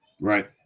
Right